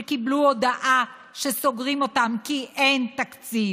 שקיבלו הודעה שסוגרים אותם כי אין תקציב.